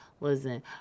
Listen